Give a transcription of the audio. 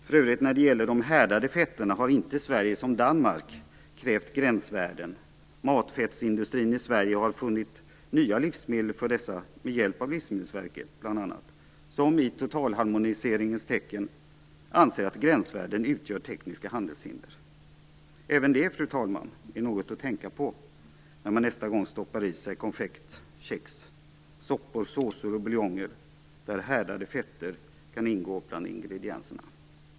För övrigt har inte Sverige som Danmark krävt gränsvärden när det gäller de härdade fetterna. Matfettsindustrin i Sverige har funnit nya livsmedel för dessa, bl.a. med hjälp av Livsmedelsverket, som i totalharmoniseringens tecken anser att gränsvärden utgör tekniska handelshinder. Även det, fru talman, är något att tänka på när man nästa gång stoppar i sig konfekt, kex, soppor, såser och buljonger, där härdade fetter kan ingå bland ingredienserna.